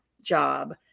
job